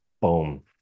boom